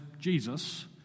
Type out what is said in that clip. Jesus